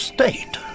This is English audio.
State